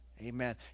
Amen